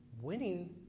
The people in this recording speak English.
winning